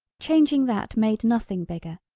changing that made nothing bigger,